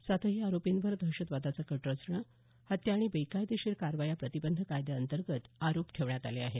सातही आरोपींवर दहशतवादाचा कट रचणं हत्या आणि बेकायदेशीर कारवाया प्रतिबंध कायद्याअंतर्गत आरोप ठेवण्यात आले आहेत